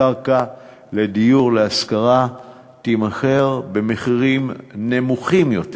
הקרקע לדיור להשכרה תימכר במחירים נמוכים יותר,